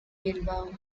bilbao